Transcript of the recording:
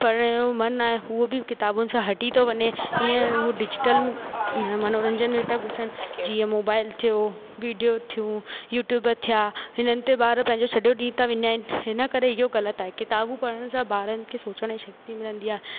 पढ़ण जो मनु आहे उहे बि किताबुनि सां हटी थो वञे हीअं उहे डिजीटल मनोरंजन में त घुसनि जीअं मोबाइल थियो वीडियो थियूं यूट्यूब थिया हिननि ते ॿार पंहिंजो सॼो ॾींहुं त विञाइनि हिन करे इयो ग़लति आहे किताबूं पढ़ण सां ॿारनि खे सोचण जी शक्ती मिलंदी आहे